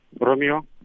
Romeo